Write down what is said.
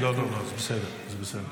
לא, לא, לא, זה בסדר, זה בסדר.